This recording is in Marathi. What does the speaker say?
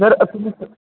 सर